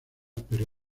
pero